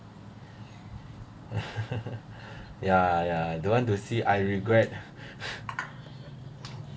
ya ya I don't want to see I regret